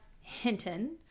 Hinton